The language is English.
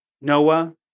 Noah